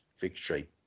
victory